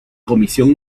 comisión